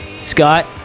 Scott